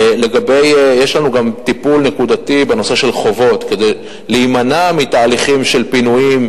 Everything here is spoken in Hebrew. יש לנו גם טיפול נקודתי בנושא של חובות כדי להימנע מתהליכים של פינויים.